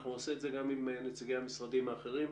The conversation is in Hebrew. אנחנו נעשה את זה גם עם נציגי המשרדים האחרים.